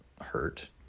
hurt